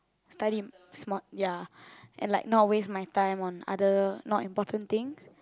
study smart ya and like not waste my time on other not important thing